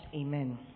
Amen